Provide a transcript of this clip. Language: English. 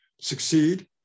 succeed